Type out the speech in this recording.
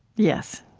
yes,